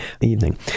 evening